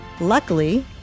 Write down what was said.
Luckily